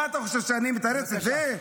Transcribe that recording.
מה אתה חושב שאני מתרץ את זה?